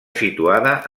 situada